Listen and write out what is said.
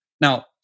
Now